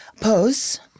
Pose